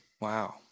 Wow